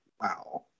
Wow